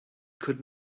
could